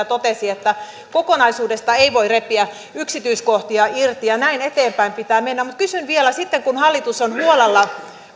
totesi että kokonaisuudesta ei voi repiä yksityiskohtia irti näin pitää eteenpäin mennä mutta kysyn vielä sitten kun hallitus on huolella